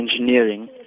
engineering